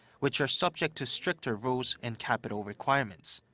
which are subject to stricter rules and capital requirements.